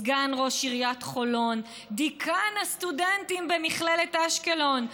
סגן ראש עיריית חולון ודיקן הסטודנטים במכללת אשקלון,